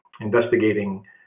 investigating